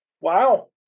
Wow